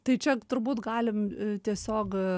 tai čia turbūt galim tiesiog